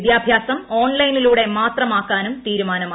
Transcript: വിദ്യാഭ്യാസം ഓൺലൈനിലൂടെ മാത്രമാക്കാനും തീരുമാനമായി